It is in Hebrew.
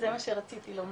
אז זה מה שרציתי לומר.